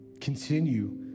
Continue